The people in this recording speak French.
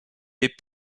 les